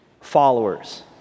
followers